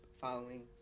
following